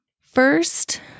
First